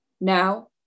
Now